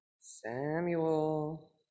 Samuel